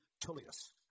Tullius